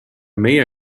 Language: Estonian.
meie